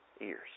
ears